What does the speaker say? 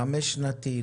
חמש שנתי?